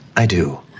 i do.